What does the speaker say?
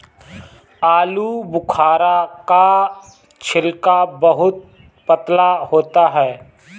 आलूबुखारा का छिलका बहुत पतला होता है